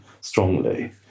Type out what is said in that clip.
strongly